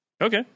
Okay